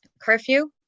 curfew